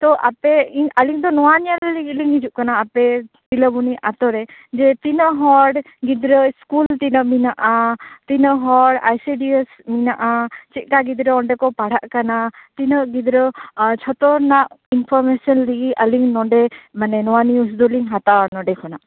ᱛᱚ ᱟᱯᱮ ᱟᱞᱤᱧ ᱫᱚ ᱱᱚᱣᱟ ᱧᱮᱞ ᱞᱟᱹᱜᱤᱫ ᱞᱤᱧ ᱦᱤᱡᱩᱜ ᱠᱟᱱᱟ ᱟᱯᱮ ᱛᱤᱞᱟ ᱵᱩᱱᱤ ᱟᱹᱛᱩᱨᱮ ᱡᱮ ᱛᱤᱱᱟ ᱜ ᱦᱚᱲ ᱜᱤᱫᱽᱨᱟ ᱤᱥᱠᱩᱞ ᱛᱤᱱᱟ ᱜ ᱢᱮᱱᱟᱜ ᱟ ᱛᱤᱱᱟ ᱜ ᱦᱚᱲ ᱟᱭᱥᱤᱰᱤᱭᱮᱥ ᱢᱮᱱᱟᱜ ᱟ ᱪᱮᱫᱞᱮᱠᱟ ᱚᱱᱰᱮ ᱜᱤᱫᱽᱨᱟ ᱠᱚ ᱯᱟᱲᱦᱟᱜ ᱠᱟᱱᱟ ᱛᱤᱱᱟ ᱜ ᱜᱤᱫᱽᱨᱟ ᱟᱸ ᱡᱷᱚᱛᱚ ᱨᱮᱱᱟᱜ ᱤᱱᱯᱷᱚᱨᱢᱮᱥᱚᱱ ᱞᱟ ᱜᱤᱫ ᱟ ᱞᱤᱧ ᱱᱚᱰᱮ ᱢᱟᱱᱮ ᱱᱚᱣᱟ ᱱᱤᱭᱩᱡ ᱫᱚᱞᱤᱝ ᱦᱟᱛᱟᱣᱟ ᱱᱚᱰᱮ ᱠᱷᱚᱱᱟᱜ